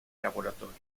laboratorio